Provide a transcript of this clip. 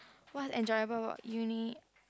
what enjoyable about uni